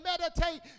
meditate